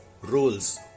rules